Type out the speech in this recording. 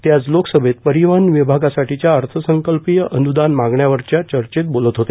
ते आज लोकसभेत परिवहन विभागासाठीच्या अर्थसंकल्पीय अन्दान मागण्यांवरच्या चर्चेत बोलत होते